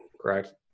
correct